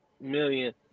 million